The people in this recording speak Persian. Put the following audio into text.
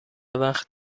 وقت